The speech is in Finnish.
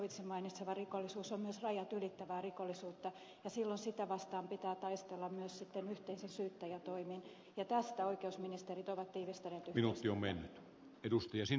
zyskowiczin mainitsema rikollisuus on myös rajat ylittävää rikollisuutta ja silloin sitä vastaan pitää taistella myös sitten yhteisin syyttäjätoimin ja tästä oikeusministerit ovat tiivistäneet yhteistyötä